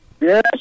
Yes